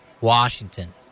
Washington